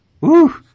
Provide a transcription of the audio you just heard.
woo